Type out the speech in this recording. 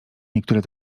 niektóre